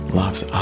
loves